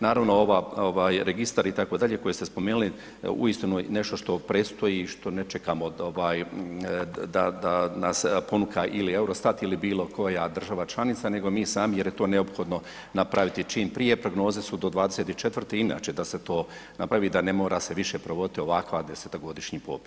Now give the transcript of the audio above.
Naravno ovaj registar itd. koje ste spomenuli, uistinu je nešto što predstoji, što ne čekamo da nas ponuka ili EUROSTAT ili bilokoja država članica nego mi sami jer je to neophodno napraviti čim prije, prognoze do 2024., inače da se to napravi, da ne mora se više provoditi ovakav 10-godišnji popis, hvala.